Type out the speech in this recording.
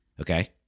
Okay